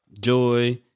joy